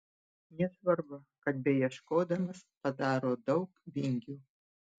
nesvarbu kad beieškodamas padaro daug vingių